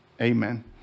Amen